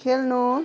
खेल्नु